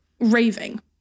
raving